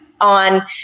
on